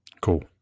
Cool